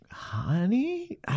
Honey